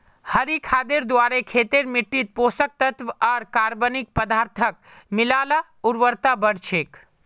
हरी खादेर द्वारे खेतेर मिट्टित पोषक तत्त्व आर कार्बनिक पदार्थक मिला ल उर्वरता बढ़ छेक